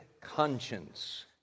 conscience